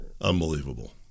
Unbelievable